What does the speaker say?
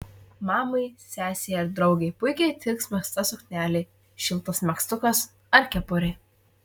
mamai sesei ar draugei puikiai tiks megzta suknelė šiltas megztukas ar kepurė